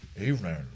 evening